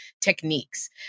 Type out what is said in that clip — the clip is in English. techniques